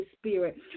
Spirit